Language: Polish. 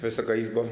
Wysoka Izbo!